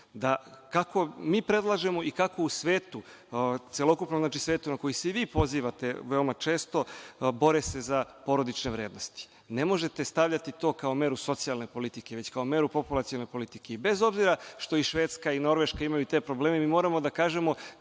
kako mi predlažemo i kako se u svetu, celokupnom svetu, na koji se i vi pozivate veoma često, bore za porodične vrednosti. Ne možete stavljati to kao meru socijalne politike, već kao meru populacione politike. Bez obzira što Švedska i Norveška imaju te probleme, moramo da kažemo